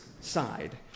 side